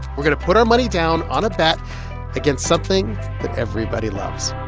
we're going to put our money down on a bet against something that everybody loves